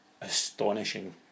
astonishing